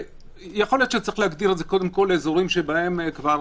יכול להיות שצריך להגדיר את זה קודם כול לאזורים שבהם כבר